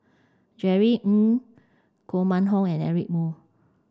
Jerry Ng Koh Mun Hong and Eric Moo